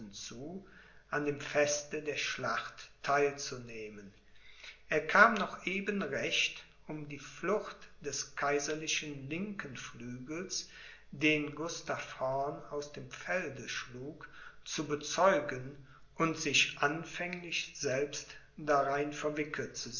zu an dem feste der schlacht theil zu nehmen er kam noch eben recht um die flucht des kaiserlichen linken flügels den gustav horn aus dem felde schlug zu bezeugen und sich anfänglich selbst darein verwickelt